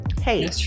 hey